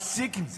שנפסיק עם זה,